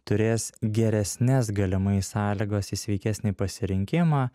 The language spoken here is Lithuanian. turės geresnes galimai sąlygas į sveikesnį pasirinkimą